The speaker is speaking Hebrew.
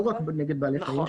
לא רק נגד בעלי חיים.